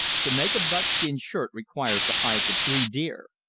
to make a buckskin shirt requires the hides of three deer.